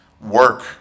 work